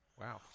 Wow